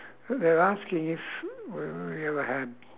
they're asking if we ever had